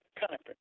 Conference